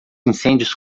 incêndios